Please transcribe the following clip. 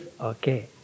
okay